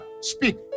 Speak